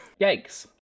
yikes